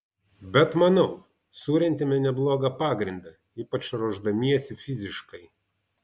bet manau surentėme neblogą pagrindą ypač ruošdamiesi fiziškai